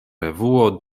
revuo